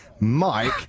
Mike